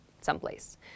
someplace